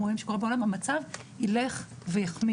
רואים שקורה בעולם המצב ילך ויחמיר.